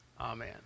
Amen